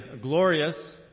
glorious